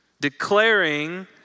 declaring